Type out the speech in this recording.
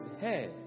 Hey